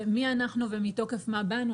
מי אנחנו ומתוקף מה באנו?